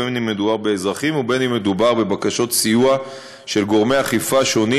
בין שמדובר באזרחים ובין שמדובר בבקשות סיוע של גורמי אכיפה שונים,